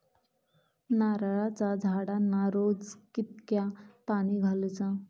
नारळाचा झाडांना रोज कितक्या पाणी घालुचा?